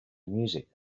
music